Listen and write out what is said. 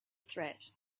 threat